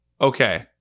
Okay